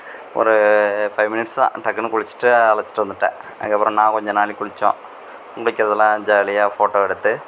ஒரு five minutes தான் டக்குனு குளிச்சுட்டு அழைச்சிட்டு வந்துவிட்டேன் அதுக்கு அப்புறம் நான் கொஞ்சம் நாழி குளித்தோம் குளிக்கிறதல்லாம் ஜாலியாக ஃபோட்டோ எடுத்து